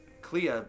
Clea